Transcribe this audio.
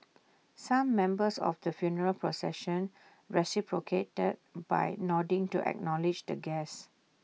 some members of the funeral procession reciprocated by nodding to acknowledge the guests